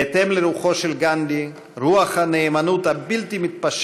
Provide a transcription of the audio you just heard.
בהתאם לרוחו של גנדי, רוח הנאמנות הבלתי-מתפשרת,